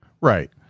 Right